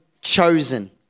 chosen